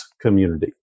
community